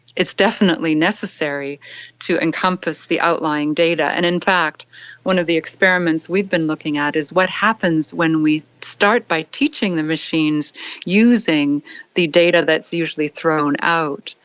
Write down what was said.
it's definitely necessary to encompass the outlying data. and in fact one of the experiments we've been looking at is what happens when we start by teaching the machines using the data that is usually thrown out.